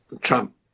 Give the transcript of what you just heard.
Trump